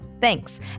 Thanks